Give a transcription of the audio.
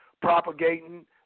propagating